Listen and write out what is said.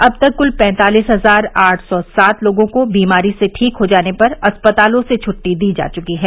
अब तक कुल पैंतालीस हजार आठ सौ सात लोगों को बीमारी से ठीक हो जाने पर अस्पतालों से छुट्टी दी जा चुकी है